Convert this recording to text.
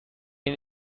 این